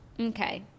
Okay